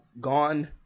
gone